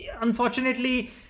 unfortunately